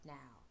now